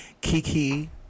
Kiki